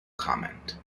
comment